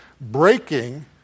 breaking